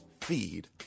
feed